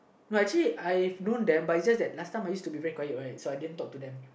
no actually I've known them but is just that last time I used to be very quiet right so I didn't talk to them